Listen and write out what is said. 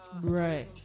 Right